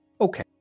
Okay